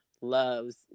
loves